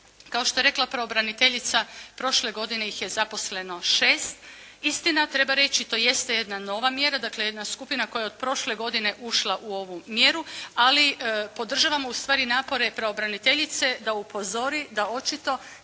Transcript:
Kao što je rekla pravobraniteljica prošle godine ih je zaposleno 6. Istina to treba reći, to jeste jedna nova mjera, dakle jedna skupina koja je od prošle godine ušla u ovu mjeru, ali podržavamo ustvari napore pravobraniteljice da upozori da očito